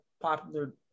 popular